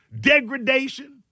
degradation